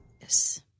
Yes